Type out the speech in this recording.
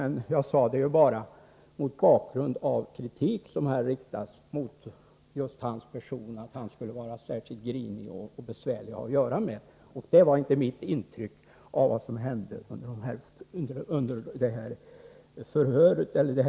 Jag gjorde mitt uttalande mot bakgrund av den kritik som här har riktats mot just hans person — en kritik som går ut på att statsministern skulle vara särskilt grinig och besvärlig att ha att göra med. Det var inte mitt intryck av hans uppträdande under den utfrågning som vi hade.